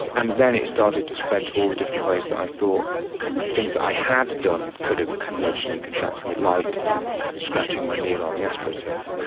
and then it started to spread to all the different ways that i thought things that i had done could have led to me contracting it, like scratching my knee along the astroturf.